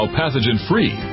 pathogen-free